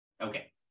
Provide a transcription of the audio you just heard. Okay